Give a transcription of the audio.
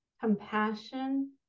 compassion